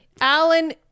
Alan